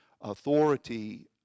authority